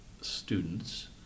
students